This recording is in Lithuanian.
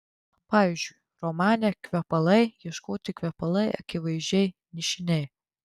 pavyzdžiui romane kvepalai ieškoti kvepalai akivaizdžiai nišiniai